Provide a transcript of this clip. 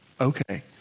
okay